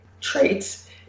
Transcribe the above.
traits